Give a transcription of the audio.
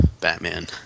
Batman